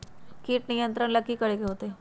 किट नियंत्रण ला कि करे के होतइ?